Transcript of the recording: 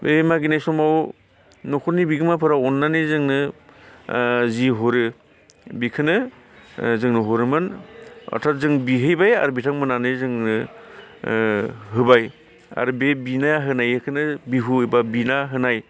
बे मागिनाय समाव न'खरनि बिगोमाफोरा अननानै जोंनो ओ जि हरो बिखोनो ओ जोंनो हरोमोन अरथाथ जों बिहैबाय आरो बिथांमोनहानो जोंनो ओ होबाय आरो बे बिना होनायखो बिहु एबा बिना होनाय